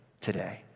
today